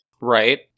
Right